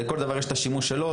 לכל דבר יש את השימוש שלו,